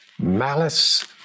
malice